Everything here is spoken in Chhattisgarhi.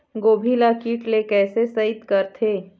गोभी ल कीट ले कैसे सइत करथे?